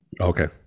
Okay